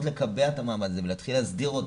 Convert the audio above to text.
לקבע את המעמד הזה ולהתחיל להסדיר,